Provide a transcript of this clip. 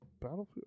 battlefield